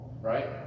right